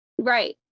Right